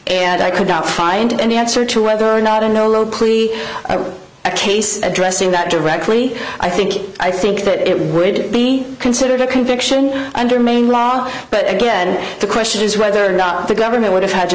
and i could not find any answer to whether or not a nolo plea case addressing that directly i think i think that it would be considered a conviction under main law but again the question is whether or not the government would have had to